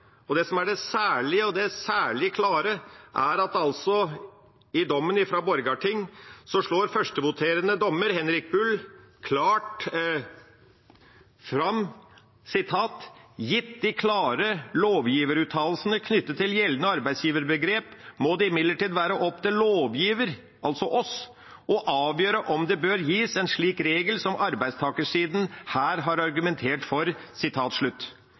det som er det spesielle, og det som er det særlige, og det særlig klare, er at i dommen fra Borgarting slår førstvoterende dommer, Henrik Bull, klart fast: «Gitt de klare lovgiveruttalelsene knyttet til gjeldende arbeidsgiverbegrep, må det imidlertid være opp til lovgiver» – altså oss – «å avgjøre om det bør gis en slik regel som arbeidstakersiden her har argumentert for.»